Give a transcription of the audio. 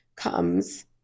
comes